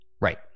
Right